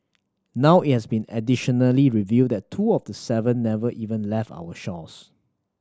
now it's been additionally revealed that two of the seven never even left our shores